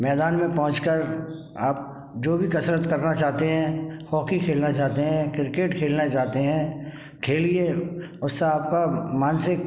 मैदान में पहुँच कर आप जो भी कसरत करना चाहते हैं हॉकी खेलना चाहते हैं क्रिकेट खेलना चाहते हैं खेलिए उससे आपका मानसिक